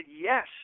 yes